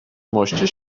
moście